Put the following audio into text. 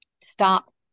stop